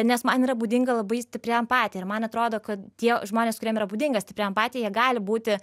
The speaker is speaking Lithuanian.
nes man yra būdinga labai stipri empatija ir man atrodo kad tie žmonės kuriem yra būdinga stipri empatija jie gali būti